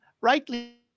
Rightly